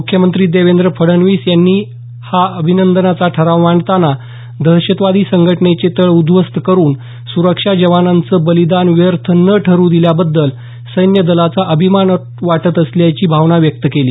मुख्यमंत्री देवेंद्र फडणवीस यांनी हा अभिनंदनाचा ठराव मांडताना दहशतवादी संघटनेचे तळ उध्वस्त करून सुरक्षा जवानांचं बलिदान व्यर्थ न ठरू दिल्याबद्दल सैन्य दलाचा अभिमान वाटत असल्याची भावना व्यक्त केली